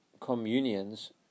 communions